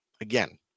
again